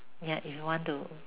ya if you want to